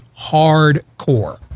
hardcore